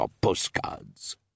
postcards